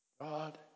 God